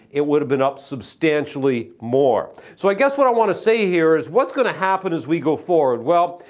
it would have been up substantially more. so i guess what i want to say here is, what's going to happen as we go forward? well,